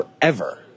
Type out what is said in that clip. forever